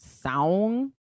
song